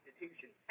institutions